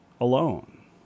alone